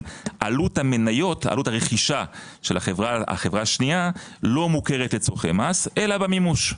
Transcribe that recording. עלות הרכישה של החברה השנייה לא מוכרת לצורכי מס אלא במימוש.